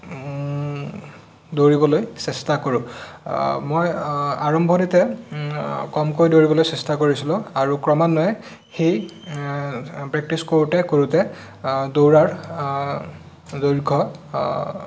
দৌৰিবলৈ চেষ্টা কৰোঁ মই আৰম্ভণিতে কমকৈ দৌৰিবলৈ চেষ্টা কৰিছিলোঁ আৰু ক্ৰমান্বয়ে সেই প্ৰেক্টিছ কৰোঁতে কৰোঁতে দৌৰাৰ দৈৰ্ঘ্য